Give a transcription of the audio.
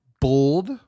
bold